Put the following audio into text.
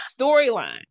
storyline